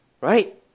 Right